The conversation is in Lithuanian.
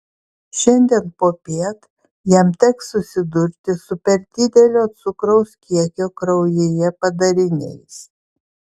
šiandien popiet jam teks susidurti su per didelio cukraus kiekio kraujyje padariniais